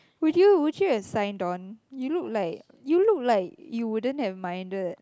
would you would you have signed on you look like you look like you wouldn't have minded